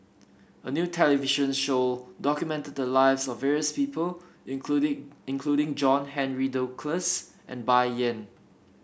a new television show documented the lives of various people including including John Henry Duclos and Bai Yan